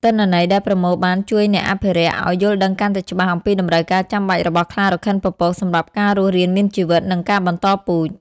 ទិន្នន័យដែលប្រមូលបានជួយអ្នកអភិរក្សឲ្យ យល់ដឹងកាន់តែច្បាស់អំពីតម្រូវការចាំបាច់របស់ខ្លារខិនពពក សម្រាប់ការរស់រានមានជីវិត និងការបន្តពូជ។